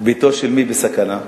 ביתו של מי בסכנה?